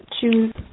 choose